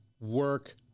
Work